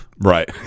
Right